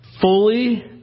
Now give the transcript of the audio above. fully